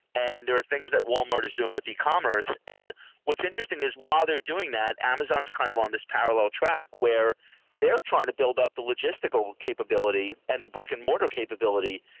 and there are things that walmart is doing with e-commerce. and what's interesting is while they're doing that, amazon's kind of on this parallel track where they're trying to build up the logistical capability and the brick-and-mortar capability,